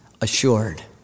assured